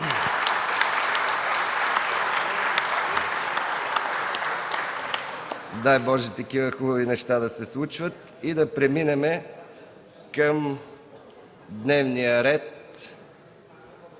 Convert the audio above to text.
Дай Боже такива хубави неща да се случват! Да преминем към дневния ред.